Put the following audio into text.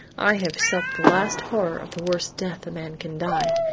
i have supped the last horror of the worst death a man can die.